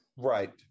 right